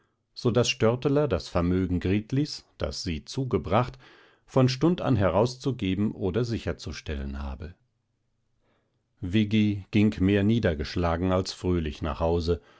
so daß störteler das vermögen gritlis das sie zugebracht von stund an herauszugehen oder sicherzustellen habe viggi ging mehr niedergeschlagen als fröhlich nach hause